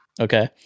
Okay